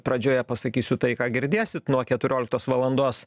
pradžioje pasakysiu tai ką girdėsit nuo keturioliktos valandos